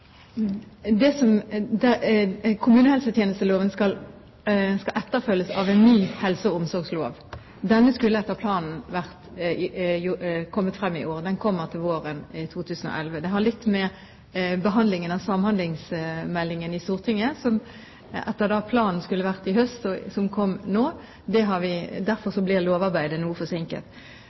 Kommunehelsetjenesteloven skal etterfølges av en ny helse- og omsorgslov. Denne skulle etter planen kommet i år, men den kommer våren 2011. Det har litt med behandlingen av samhandlingsmeldingen i Stortinget å gjøre, som etter planen skulle vært i høst, men som kom nå. Derfor blir lovarbeidet noe forsinket. På grunn av at det blir forsinket, og for at vi